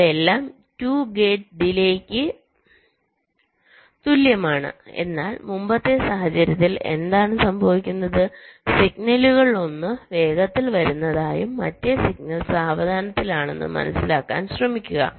അവയെല്ലാം 2 ഗേറ്റ് ഡിലെക്ക് തുല്യമാണ് എന്നാൽ മുമ്പത്തെ സാഹചര്യത്തിൽ എന്താണ് സംഭവിക്കുന്നത് സിഗ്നലുകളിലൊന്ന് വേഗത്തിൽ വരുന്നതായും മറ്റേ സിഗ്നൽ സാവധാനത്തിലാണെന്നും മനസ്സിലാക്കാൻ ശ്രമിക്കുക